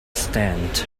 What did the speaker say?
stand